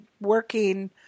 working